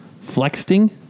flexing